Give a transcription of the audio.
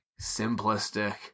simplistic